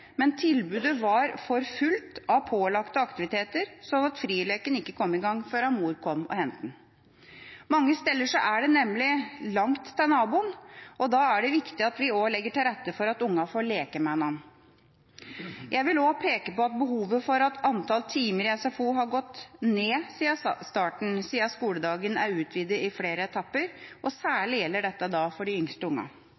men tilbudet var for fullt av pålagte aktiviteter, slik at frileken ikke kom i gang før mor kom og hentet ham. Mange steder er det nemlig langt til naboen. Da er det viktig at vi legger til rette for at ungene får leke med hverandre. Jeg vil også peke på at behovet for antall timer i SFO har gått ned siden starten, siden skoledagen er utvidet i flere etapper.